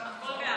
הכול באהבה.